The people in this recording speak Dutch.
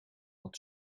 dat